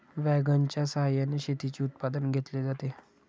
वॅगनच्या सहाय्याने शेतीचे उत्पादन घेतले जाते